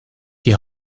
die